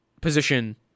position